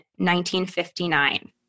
1959